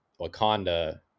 Wakanda